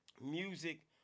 music